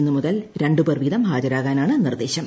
ഇന്ന് മുതൽ രണ്ടുപേർ വീതം ഹാജരാകാനാണ് നിർദ്ദേശം